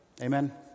Amen